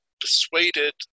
persuaded